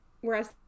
Whereas